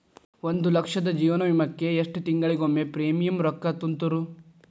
ಒಂದ್ ಲಕ್ಷದ ಜೇವನ ವಿಮಾಕ್ಕ ಎಷ್ಟ ತಿಂಗಳಿಗೊಮ್ಮೆ ಪ್ರೇಮಿಯಂ ರೊಕ್ಕಾ ತುಂತುರು?